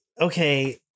okay